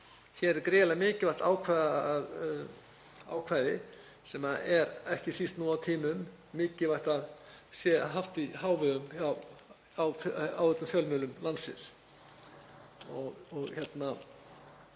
Hér er gríðarlega mikilvægt ákvæði sem ekki síst nú á tímum er mikilvægt að sé haft í hávegum á öllum fjölmiðlum landsins